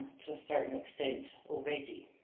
to a certain extent, already.